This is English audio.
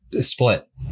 split